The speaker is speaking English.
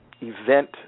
event